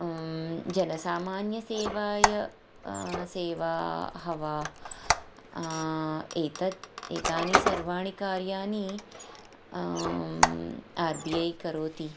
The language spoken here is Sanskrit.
जनसामान्यसेवा सेवाः वा एतत् एतानि सर्वाणि कार्यानि आर् बि ऐ करोति